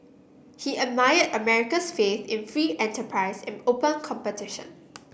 he admired America's faith in free enterprise and open competition